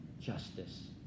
justice